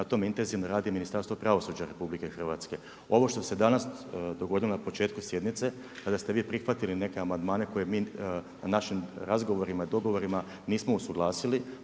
Na tom intenzivno radi Ministarstvo pravosuđa RH. Ovo što se danas dogodilo na početku sjednice, kada ste vi prihvatili neke amandmane koje na našim razgovorima i dogovorima nismo usuglasili